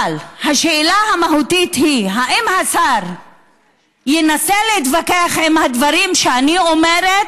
אבל השאלה המהותית היא: האם השר ינסה להתווכח עם הדברים שאני אומרת,